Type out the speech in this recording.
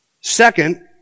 Second